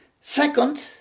Second